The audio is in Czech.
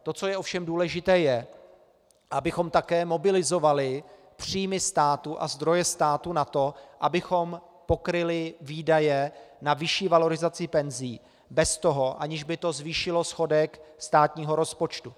To, co je ovšem důležité, je, abychom také mobilizovali příjmy státu, zdroje státu na to, abychom pokryli výdaje na vyšší valorizaci penzí, aniž by to zvýšilo schodek státního rozpočtu.